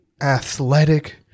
athletic